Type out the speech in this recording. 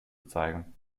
zeigen